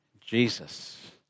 Jesus